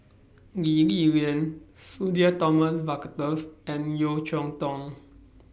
Lee Li Lian Sudhir Thomas Vadaketh and Yeo Cheow Tong